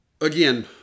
again